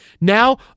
Now